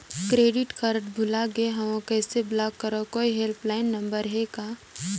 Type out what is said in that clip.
Credit card भुला गे हववं कइसे ब्लाक करव? कोई हेल्पलाइन नंबर हे का?